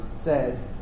says